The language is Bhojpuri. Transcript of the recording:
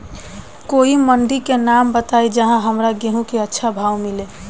कोई मंडी के नाम बताई जहां हमरा गेहूं के अच्छा भाव मिले?